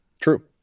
True